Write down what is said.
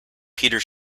peter